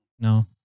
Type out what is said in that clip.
no